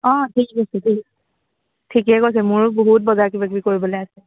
অঁ ঠিক আছে ঠিক ঠিকেই কৈছে মোৰো বহুত বজাৰ কিবাকিবি কৰিবলৈ আছে